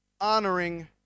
honoring